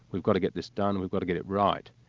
we've got to get this done, and we've got to get it right.